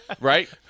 right